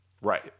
right